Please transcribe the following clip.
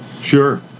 Sure